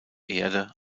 erde